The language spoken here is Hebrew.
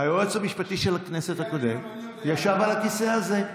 היועץ המשפטי הקודם של הכנסת ישב על הכיסא הזה,